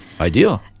ideal